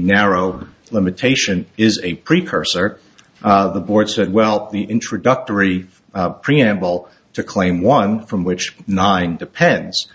narrow limitation is a precursor of the board said well the introductory preamble to claim one from which nine depends